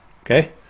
okay